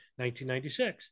1996